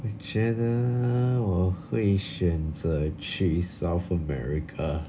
我觉得我会选择去 south america